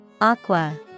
Aqua